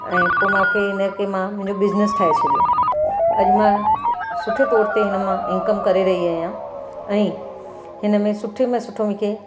ऐं पोइ मूंखे मां इनखे मां बिजनेस ठाहे छॾियो अॼु मां सुठे तौर ते इनमां इन्कम करे रही आहियां ऐं हिननि में सुठे मां मूंखे